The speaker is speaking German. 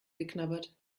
geknabbert